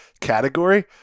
category